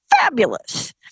fabulous